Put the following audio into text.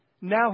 Now